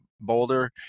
Boulder